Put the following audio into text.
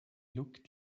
looked